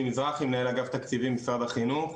אני מנהל אגף תקציבים במשרד החינוך.